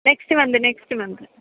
next month next month